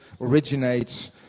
originates